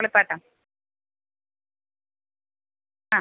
കളിപ്പാട്ടം ആ